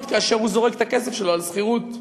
כאשר הוא זורק את הכסף שלו על שכירות.